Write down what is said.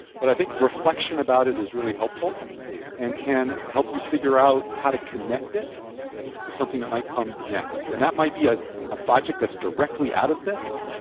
but i think reflection about it is really helpful and can help you figure out how to connect it to something that might come next. and that might be a project that's directly out of this,